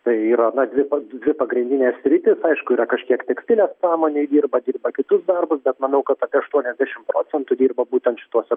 tai yra na dvi pa dvi pagrindinės sritys aišku yra kažkiek tekstilės pramonėj dirba dirba kitus darbus bet manau kad apie aštuoniasdešim procentų dirba būtent šituose